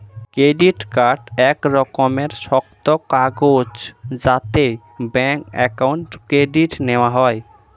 credit card এক রকমের শক্ত কাগজ যাতে ব্যাঙ্ক অ্যাকাউন্ট ক্রেডিট নেওয়া যায়